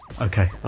Okay